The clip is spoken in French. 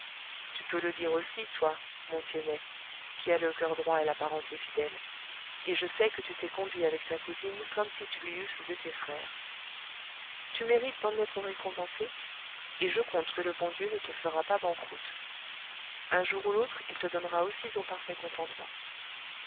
tu peux le dire aussi toi mon tiennet qui as le coeur droit et la parenté fidèle et je sais que tu t'es conduit avec ta cousine comme si tu lui eusses été frère tu mérites d'en être récompensé et je compte que le bon dieu ne te fera pas banqueroute un jour ou l'autre il te donnera aussi ton parfait contentement